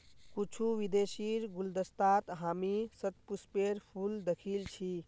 कुछू विदेशीर गुलदस्तात हामी शतपुष्पेर फूल दखिल छि